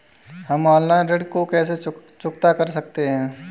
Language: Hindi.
हम ऑनलाइन ऋण को कैसे चुकता कर सकते हैं?